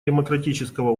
демократического